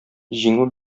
җиңү